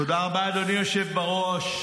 תודה רבה, אדוני היושב בראש.